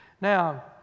Now